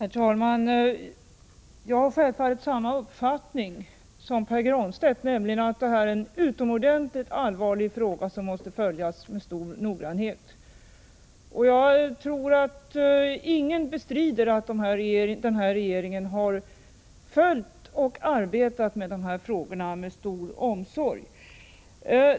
Herr talman! Jag har självfallet samma uppfattning som Pär Granstedt, nämligen att det här är en utomordentligt allvarlig fråga som måste följas med stor noggrannhet. Jag tror inte att någon bestrider att den nuvarande regeringen har följt och arbetat med dessa frågor med stor omsorg.